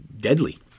deadly